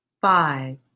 five